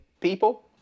people